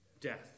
death